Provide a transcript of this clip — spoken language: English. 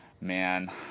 man